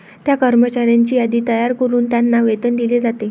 त्या कर्मचाऱ्यांची यादी तयार करून त्यांना वेतन दिले जाते